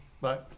Bye